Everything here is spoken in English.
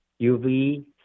UV